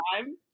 time